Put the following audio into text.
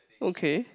okay